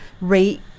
rate